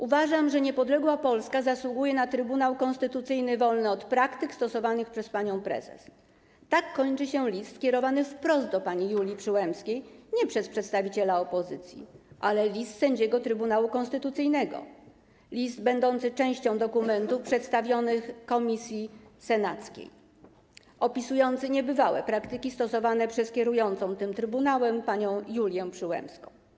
Uważam, że niepodległa Polska zasługuje na Trybunał Konstytucyjny wolny od praktyk stosowanych przez panią prezes - tak kończy się list kierowany wprost do pani Julii Przyłębskiej nie przez przedstawiciela opozycji, ale przez sędziego Trybunału Konstytucyjnego, który jest częścią dokumentów przedstawionych komisji senackiej i opisuje niebywałe praktyki stosowane przez kierującą trybunałem panią Julię Przyłębską.